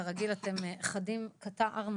כרגיל אתם חדים כתער,